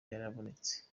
yarabonetse